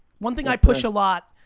one thing i push a lot